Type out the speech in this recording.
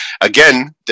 again